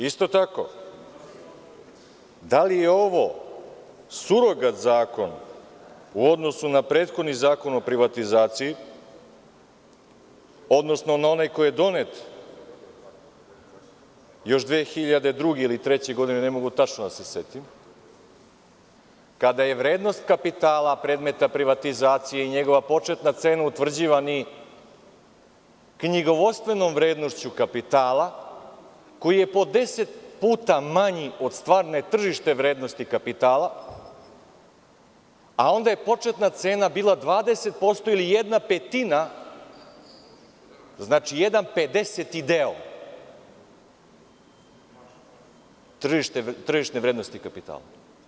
Isto tako, da li je ovo surogat zakon u odnosu na prethodni Zakon o privatizaciji, odnosno na onaj koji je donet još 2002. ili 2003. godine, ne mogu tačno da se setim, kada je vrednost kapitala, predmeta privatizacije i njegova početna cena utvrđivana knjigovodstvenom vrednošću kapitala, koji je po 10 puta manji od stvarne tržišne vrednosti kapitala, a onda je početna cena bila 20% ili 1/5, znači jedan pedeseti deo tržišne vrednosti kapitala?